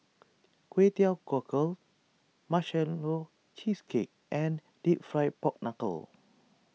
Kway Teow Cockles Marshmallow Cheesecake and Deep Fried Pork Knuckle